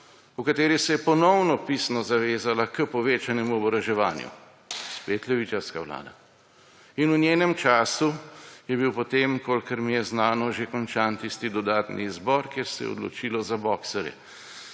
v kateri se je ponovno pisno zavezala k povečanemu oboroževanju, spet levičarska vlada. In v njenem času je bil potem, kolikor mi je znano, že končan tisti dodatni izbor, kjer se je odločilo za boxerje,